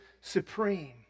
supreme